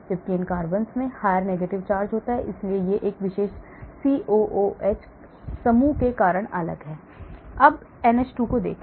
जबकि इन carbons में higher negative charge होता है इसलिए यह इस विशेष COOH समूह के कारण अलग है इस NH2 को देखें